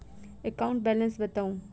account balance बताउ